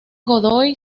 godoy